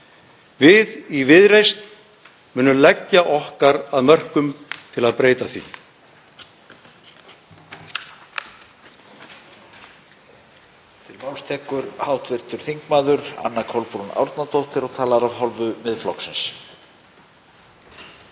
Við í Viðreisn munum leggja okkar af mörkum til að breyta því.